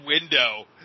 window